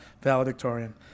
valedictorian